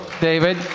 David